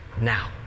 now